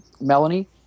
Melanie